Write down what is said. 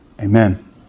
Amen